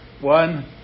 One